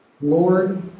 Lord